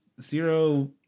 zero